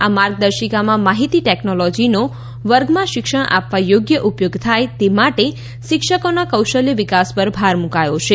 આ માર્ગદર્શિકામાં માહિતી ટેકનોલોજીનો વર્ગમાં શિક્ષણ આપવા યોગ્ય ઉપયોગ થાય તે માટે શિક્ષકોના કૌશલ્ય વિકાસ ઉપર ભાર મૂકાયો છે